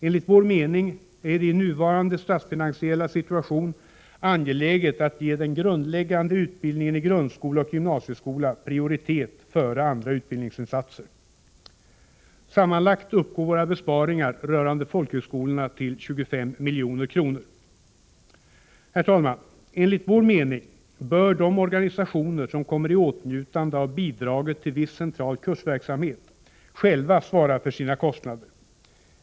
Enligt vår mening är det i nuvarande statsfinansiella situation angeläget att ge den grundläggande utbildningen i grundskola och gymnasieskola prioritet före andra utbildningsinsatser. Sammanlagt uppgår våra besparingar rörande folkhögskolorna till 25 milj.kr. Herr talman! Enligt vår mening bör de organisationer som kommer i åtnjutande av bidraget till viss central kursverksamhet själva svara för sina kostnader.